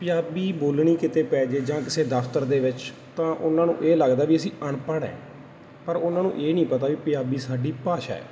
ਪੰਜਾਬੀ ਬੋਲਣੀ ਕਿਤੇ ਪੈ ਜਾਵੇ ਜਾਂ ਕਿਸੇ ਦਫਤਰ ਦੇ ਵਿੱਚ ਤਾਂ ਉਹਨਾਂ ਨੂੰ ਇਹ ਲੱਗਦਾ ਵੀ ਅਸੀਂ ਅਨਪੜ੍ਹ ਹੈ ਪਰ ਉਹਨਾਂ ਨੂੰ ਇਹ ਨਹੀਂ ਪਤਾ ਵੀ ਪੰਜਾਬੀ ਸਾਡੀ ਭਾਸ਼ਾ ਹੈ